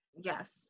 yes